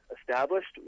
established